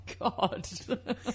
God